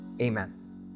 Amen